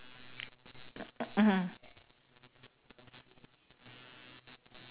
mmhmm